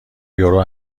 یورو